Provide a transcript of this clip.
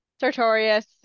Sartorius